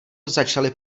začali